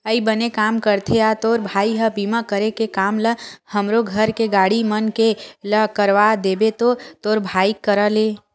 अई बने काम करथे या तोर भाई ह बीमा करे के काम ल हमरो घर के गाड़ी मन के ला करवा देबे तो तोर भाई करा ले